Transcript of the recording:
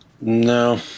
No